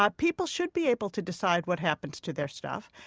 ah people should be able to decide what happens to their stuff,